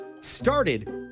started